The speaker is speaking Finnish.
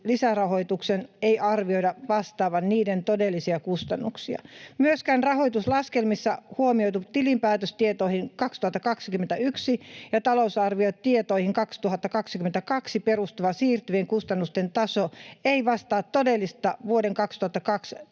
ei arvioida vastaavan niiden todellisia kustannuksia. Myöskään rahoituslaskelmissa huomioitu tilinpäätöstietoihin 2021 ja talousarviotietoihin 2022 perustuva siirtyvien kustannusten taso ei vastaa todellista vuoden 2022